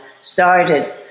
started